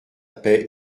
paix